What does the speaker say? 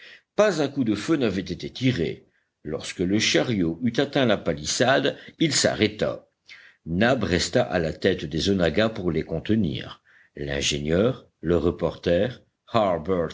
pas un coup de feu n'avait été tiré lorsque le chariot eut atteint la palissade il s'arrêta nab resta à la tête des onaggas pour les contenir l'ingénieur le reporter